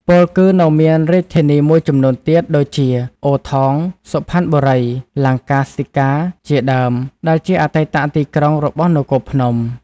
ពោលគឺ នៅមានរាជធានីមួយចំនួនទៀតដូចជា អូ ថង "សុផាន់បុរី” លង្កាស្ទិកា ជាដើម ដែលជាអតីតទីក្រុងរបស់នគរភ្នំ។